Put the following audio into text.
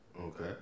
Okay